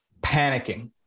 panicking